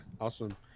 Awesome